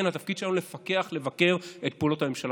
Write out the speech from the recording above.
כן, התפקיד שלנו לפקח, לבקר את פעולות הממשלה.